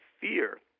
fear